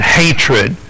hatred